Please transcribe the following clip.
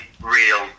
real